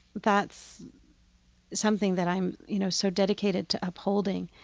that's something that i'm, you know, so dedicated to upholding.